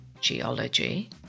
geology